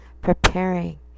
preparing